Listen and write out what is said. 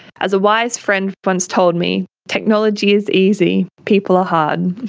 as a wise friend once told me, technology is easy people are hard.